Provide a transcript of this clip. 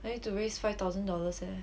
I need to raise five thousand dollars eh